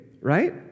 right